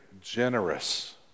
generous